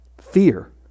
fear